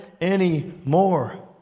anymore